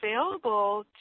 available